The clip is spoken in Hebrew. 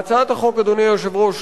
אדוני היושב-ראש,